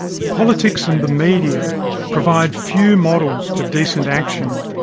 politics and the media provide few models for decent action,